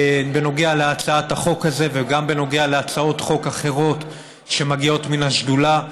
בנוגע להצעת החוק הזאת וגם בנוגע להצעות חוק אחרות שמגיעות מן השדולה.